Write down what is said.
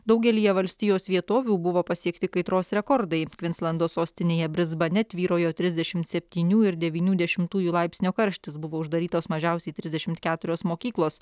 daugelyje valstijos vietovių buvo pasiekti kaitros rekordai kvinslando sostinėje brisbane tvyrojo trisdešimt septynių ir devynių dešimtųjų laipsnio karštis buvo uždarytos mažiausiai trisdešimt keturios mokyklos